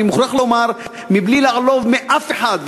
ואני מוכרח לומר בלי לעלוב באף אחד,